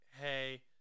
hey